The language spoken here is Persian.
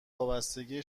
وابستگیه